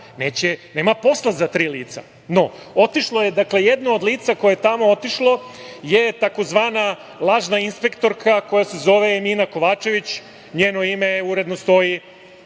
nema posla za tri lica. No, otišlo je jedno od lica koje je tamo otišlo, tzv. lažna inspektorka koja se zove Emina Kovačević, njeno ime uredno stoji